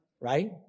right